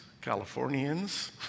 Californians